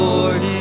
Lord